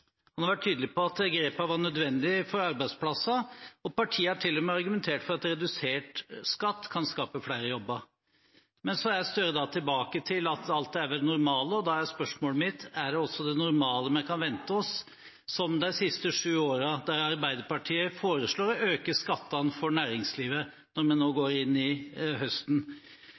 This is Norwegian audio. Han har vært tydelig på at grepene var nødvendige for arbeidsplasser, og partiet har til og med argumentert for at redusert skatt kan skape flere jobber. Men så er Gahr Støre tilbake til at alt er ved det normale. Da er spørsmålet mitt: Er det også det normale vi kan vente oss, som de siste sju årene, der Arbeiderpartiet foreslår å øke skattene for næringslivet når vi går inn i høsten?